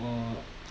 or